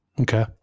Okay